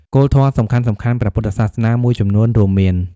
គោលធម៌សំខាន់ៗព្រះពុទ្ធសាសនាមួយចំនួនរួមមាន។